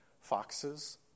foxes